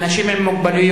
אנשים עם מוגבלויות,